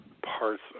Parts